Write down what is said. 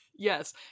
Yes